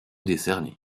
décerné